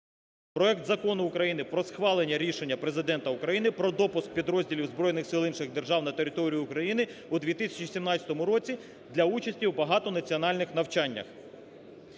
проект Закону України "Про схвалення рішення Президента України про допуск підрозділів збройних сил інших держав на територію України у 2017 році для участі у багатонаціональних навчаннях".